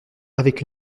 avec